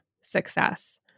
success